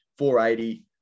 480